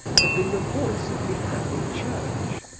had been the voice of the early church,